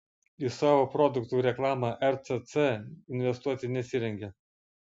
į savo produktų reklamą rcc investuoti nesirengia